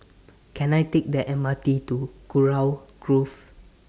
Can I Take The M R T to Kurau Grove